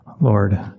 Lord